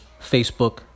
Facebook